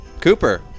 Cooper